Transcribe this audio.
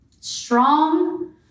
Strong